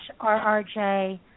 rrj